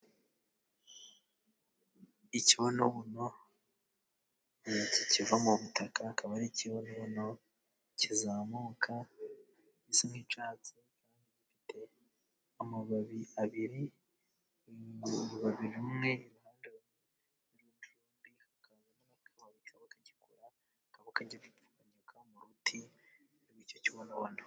Ikibonobono kiva mu butaka akaba ari ikibonobono kizamuka gisa nk'icyatsi, kandi gifite amababi abiri, rimwe iruhande rw'irindi hakaba n'akababi kaba kagikura bipfupfunyuka mu ruti rw'icyo kibonobono.